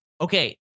Okay